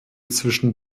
zwischen